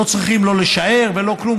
לא צריכים לא לשער ולא כלום,